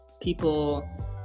people